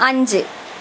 അഞ്ച്